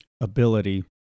ability—